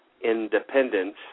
independence